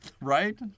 Right